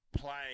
playing